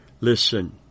listen